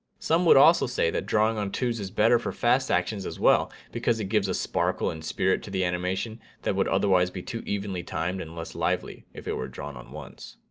some would also say that drawing on twos is better for fast actions as well. because it gives a sparkle and spirit to the animation that would otherwise be too evenly timed and less lively if it were drawn on once.